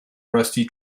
rusty